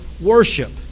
worship